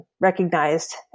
recognized